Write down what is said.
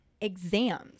exams